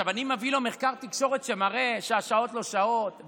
אני מביא לו מחקר תקשורת שמראה שהשעות לא שעות,